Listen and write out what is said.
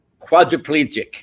quadriplegic